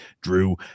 Drew